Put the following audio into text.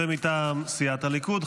מטעם סיעת הליכוד,